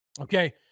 Okay